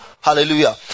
Hallelujah